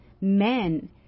Men